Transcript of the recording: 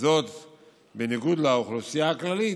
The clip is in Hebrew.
בניגוד לאוכלוסייה הכללית,